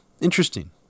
Interesting